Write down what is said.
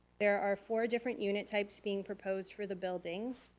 there are four different unit types being proposed for the building,